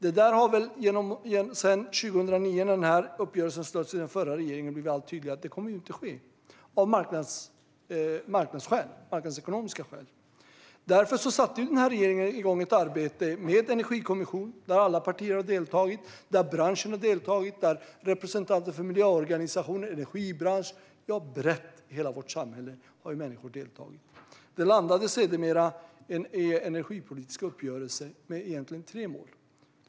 Det har väl sedan 2009, när uppgörelsen slöts av den förra regeringen, blivit allt tydligare att detta inte kommer att ske, av marknadsekonomiska skäl. Därför satte denna regering igång ett arbete med en energikommission, där alla partier har deltagit och där branschen har deltagit. Representanter för miljöorganisationer och energibranschen har deltagit. Det har varit brett. Människor i hela vårt samhälle har deltagit. Det landade sedermera i en energipolitisk uppgörelse med egentligen tre mål.